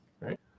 right